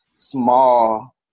small